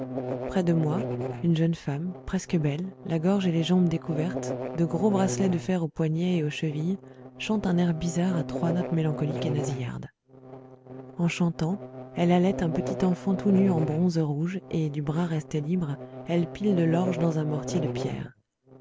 près de moi une jeune femme presque belle la gorge et les jambes découvertes de gros bracelets de fer aux poignets et aux chevilles chante un air bizarre à trois notes mélancoliques et nasillardes en chantant elle allaite un petit enfant tout nu en bronze rouge et du bras resté libre elle pile de l'orge dans un mortier de pierre